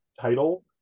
title